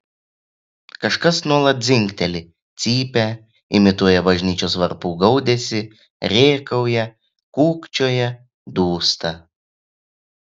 kažkas nuolat dzingteli cypia imituoja bažnyčios varpų gaudesį rėkauja kūkčioja dūsta